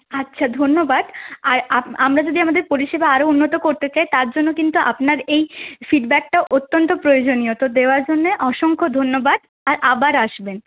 আচ্ছা ধন্যবাদ আর আপ আমরা যদি আমাদের পরিষেবা আরও উন্নত করতে চাই তার জন্য কিন্তু আপনার এই ফিডব্যাকটা অত্যন্ত প্রয়োজনীয় তো দেওয়ার জন্যে অসংখ্য ধন্যবাদ আর আবার আসবেন